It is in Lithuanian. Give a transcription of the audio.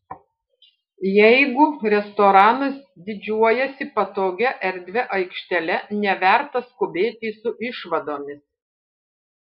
jeigu restoranas didžiuojasi patogia erdvia aikštele neverta skubėti su išvadomis